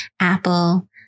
Apple